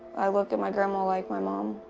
i look at my grandma like my mom.